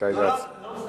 לא, לא מסתפק.